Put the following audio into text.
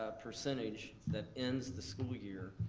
ah percentage that ends the school year,